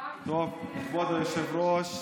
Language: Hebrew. כבוד היושב-ראש,